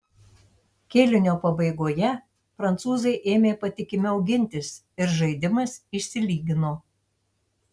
kėlinio pabaigoje prancūzai ėmė patikimiau gintis ir žaidimas išsilygino